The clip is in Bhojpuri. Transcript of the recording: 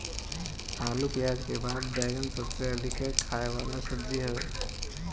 आलू पियाज के बाद बैगन सबसे अधिका खाए वाला सब्जी हअ